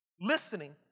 Listening